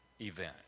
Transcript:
event